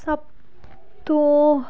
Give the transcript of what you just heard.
ਸਭ ਤੋਂ